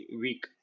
week